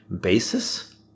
basis